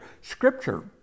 scripture